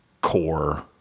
core